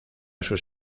sus